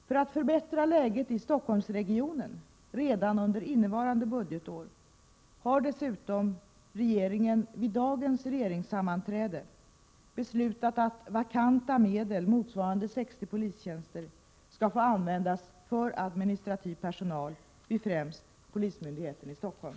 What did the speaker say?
För att förbättra läget i Stockholmsregionen redan under innevarande budgetår har dessutom regeringen vid dagens regeringssammanträde beslutat att vakanta medel motsvarande 60 polistjänster skall få användas för administrativ personal vid främst polismyndigheten i Stockholm.